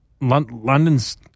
London's